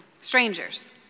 strangers